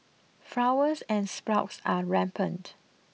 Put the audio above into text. flowers and sprouts are rampant